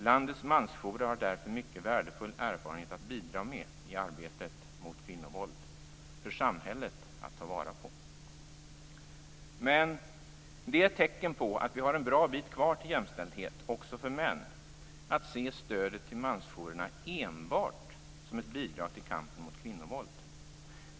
Landets mansjourer har därför mycket värdefull erfarenhet att bidra med i arbetet mot kvinnovåld - för samhället att ta vara på. Men det är ett tecken på att vi har en bra bit kvar till jämställdhet också för män att se stödet till mansjourerna enbart som ett bidrag till kampen mot kvinnovåld.